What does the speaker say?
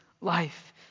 Life